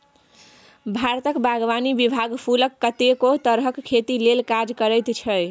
भारतक बागवानी विभाग फुलक कतेको तरहक खेती लेल काज करैत छै